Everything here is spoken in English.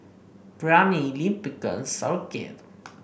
Biryani Lime Pickle Sauerkraut